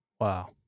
Wow